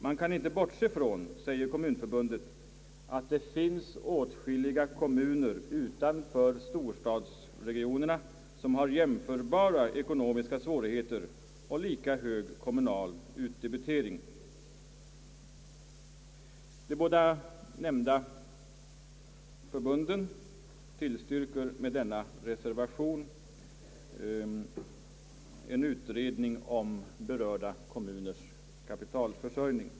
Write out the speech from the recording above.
Man kan inte bortse från, säger Kommunförbundet, att det finns åtskilliga kommuner utanför storstadsregionerna som har jämförbara ekonomiska svårigheter och lika hög kommunal utdebitering. De båda nämnda förbunden tillstyrker med denna viktiga reservation en utredning om berörda kommuners kapitalförsörjning.